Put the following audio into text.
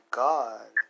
god